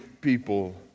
people